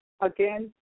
again